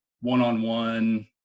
one-on-one